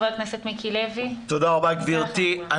תודה רבה, גברתי.